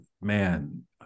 man